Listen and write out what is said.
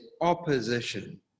opposition